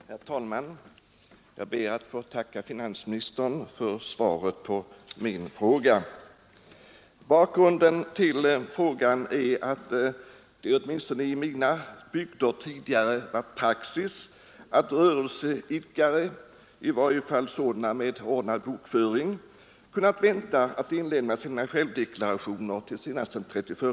Herr talman! Jag ber att få tacka finansministern för svaret på min fråga. Bakgrunden till frågan är att det åtminstone i mina bygder tidigare varit praxis att rörelseidkare, i varje fall sådana med ordnad bokföring, kunnat vänta med att inlämna sina deklarationer till den 31 mars.